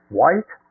white